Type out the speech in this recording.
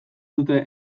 dute